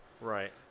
Right